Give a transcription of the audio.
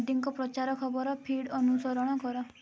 ମୋଦିଙ୍କ ପ୍ରଚାର ଖବର ଫିଡ଼୍ ଅନୁସରଣ କର